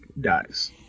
dies